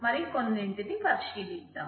మరి కొన్నింటిని పరిశీలిద్దాం